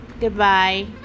goodbye